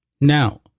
Now